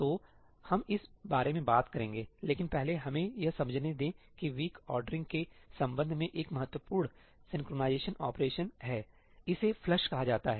तो हम इस बारे में बात करेंगे लेकिन पहले हमें यह समझने दें कि वीक औरड्रिंग के संबंध में एक महत्वपूर्ण सिंक्रनाइज़ेशन ऑपरेशन है इसे फ्लश'flush' कहा जाता है